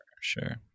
sure